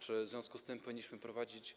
Czy w związku z tym powinniśmy prowadzić,